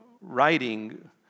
writing